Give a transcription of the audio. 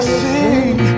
sing